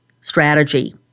strategy